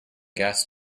gas